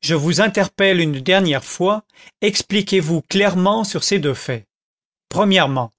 je vous interpelle une dernière fois expliquez-vous clairement sur ces deux faits premièrement